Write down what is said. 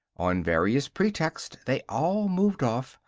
on various pretexts, they all moved off,